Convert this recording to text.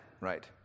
Right